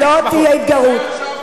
צא עכשיו בחוץ.